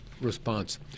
response